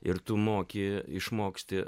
ir tu moki išmoksti